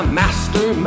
master